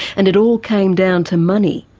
and it all came down to money,